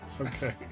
Okay